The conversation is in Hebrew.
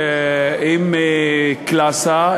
עם קלאסה,